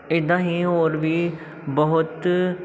ਇੱਦਾਂ ਹੀ ਹੋਰ ਵੀ ਬਹੁਤ